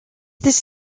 this